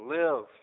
live